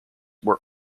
were